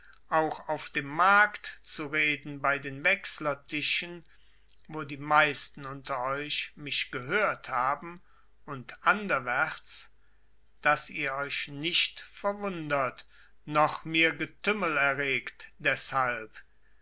auch auf dem markt zu reden bei den wechslertischen wo die meisten unter euch mich gehört haben und anderwärts daß ihr euch nicht verwundert noch mir getümmel erregt deshalb